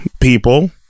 people